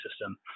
system